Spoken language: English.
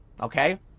Okay